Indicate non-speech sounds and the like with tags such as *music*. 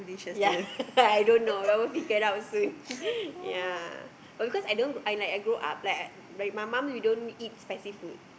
ya *laughs* I don't know I will figure out soon ya because I don't I like grow up like my mum don't eat spicy food